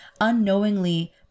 Unknowingly